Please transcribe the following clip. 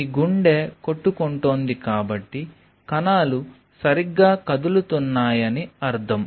మీ గుండె కొట్టుకుంటోంది కాబట్టి కణాలు సరిగ్గా కదులుతున్నాయని అర్థం